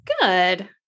Good